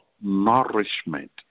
nourishment